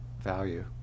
value